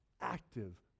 active